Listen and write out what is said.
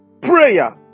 prayer